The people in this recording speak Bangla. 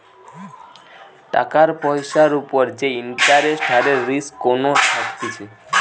টাকার পয়সার উপর যে ইন্টারেস্ট হারের রিস্ক কোনো থাকতিছে